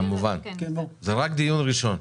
כמובן, זה רק דיון ראשון.